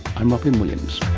i'm robyn williams